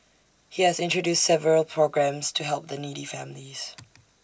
he has introduced several programmes to help the needy families